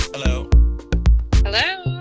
hello hello?